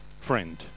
friend